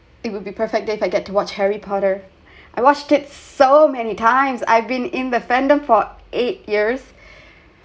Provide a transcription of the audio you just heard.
it would be perfect day if I get to watch harry potter I've watched it so many times I've been in the fan um for eight years but I